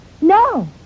No